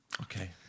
Okay